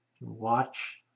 watch